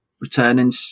returning